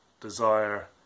desire